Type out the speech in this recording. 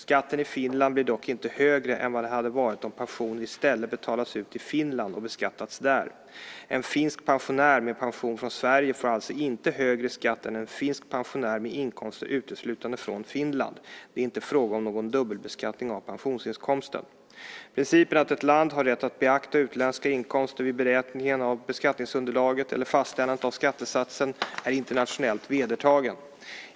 Skatten i Finland blir dock inte högre än vad den hade varit om pensionen i stället betalats ut i Finland och beskattats där. En finsk pensionär med pension från Sverige får alltså inte högre skatt än en finsk pensionär med inkomster uteslutande från Finland. Det är inte fråga om någon dubbelbeskattning av pensionsinkomsten. Principen att ett land har rätt att beakta utländska inkomster vid beräkningen av beskattningsunderlaget eller fastställandet av skattesatsen är internationellt vedertagen.